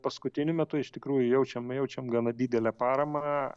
paskutiniu metu iš tikrųjų jaučiam jaučiam gana didelę paramą